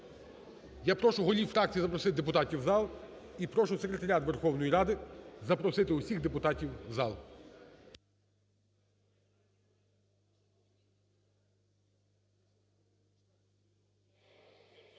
Я прошу голів фракцій запросити депутатів в зал і прошу секретаріат Верховної Ради запросити всіх депутатів в зал.